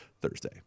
Thursday